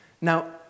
Now